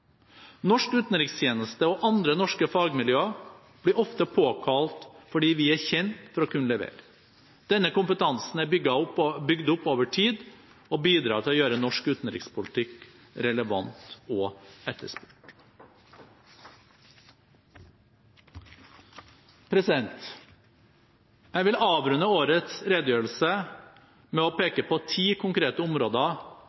Norsk utenrikstjeneste og andre norske fagmiljøer blir ofte påkalt fordi vi er kjent for å kunne levere. Denne kompetansen er bygd opp over tid og bidrar til å gjøre norsk utenrikspolitikk relevant og etterspurt. Jeg vil avrunde årets redegjørelse med å